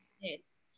yes